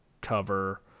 cover